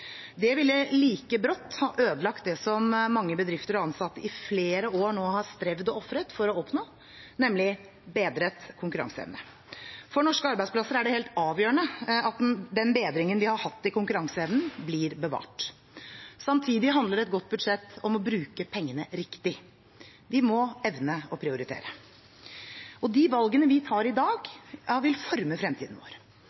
Det ville like brått ha ødelagt det som mange bedrifter og ansatte i flere år nå har strevd og ofret for å oppnå, nemlig bedret konkurranseevne. For norske arbeidsplasser er det helt avgjørende at den bedringen vi har hatt i konkurranseevnen, blir bevart. Samtidig handler et godt budsjett om å bruke pengene riktig. Vi må evne å prioritere. De valgene vi tar i